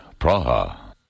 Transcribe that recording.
Praha